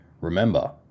Remember